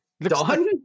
Done